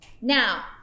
Now